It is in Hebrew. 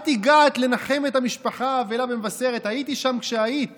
את הגעת לנחם את המשפחה, הייתי שם כשהיית